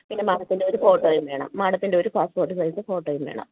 പിന്നെ മാഡത്തിൻ്റെ ഒരു ഫോട്ടോയും വേണം മാഡത്തിൻ്റെ ഒരു പാസ്പോർട്ട് സൈസ് ഫോട്ടോയും വേണം